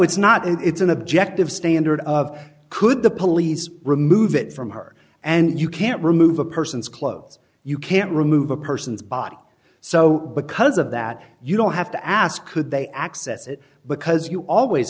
it's not it's an objective standard of could the police remove it from her and you can't remove the person's clothes you can't remove a person's body so because of that you don't have to ask could they access it because you always